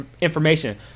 information